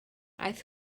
aeth